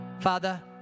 Father